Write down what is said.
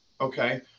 Okay